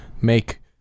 make